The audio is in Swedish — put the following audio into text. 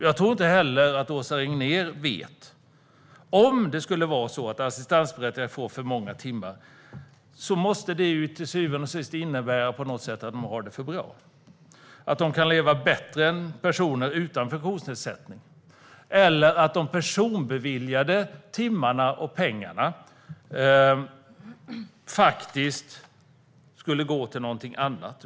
Jag tror inte heller att Åsa Regnér vet det. Om det skulle vara så att de assistansberättigade får för många timmar måste det till syvende och sist innebära att de har de på något sätt har det för bra, att de kan leva bättre än personer utan funktionsnedsättning eller att de personbeviljade timmarna och pengarna faktiskt skulle gå till något annat.